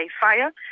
fire